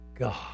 God